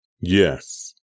Yes